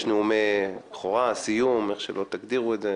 נאומי בכורה או סיום איך שתגדירו את זה,